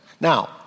Now